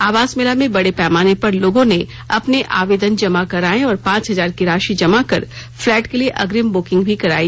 आवास मेला में बड़े पैमाने पर लोगों ने अपने आवेदन जमा कराएं और पांच हजार की राशि जमा कर फ्लैट के लिए अग्रिम बुकिंग भी कराई